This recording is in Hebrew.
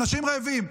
אנשים רעבים.